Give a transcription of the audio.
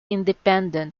independent